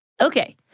Okay